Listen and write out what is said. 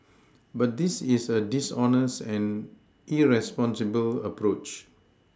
but this is a dishonest and irresponsible approach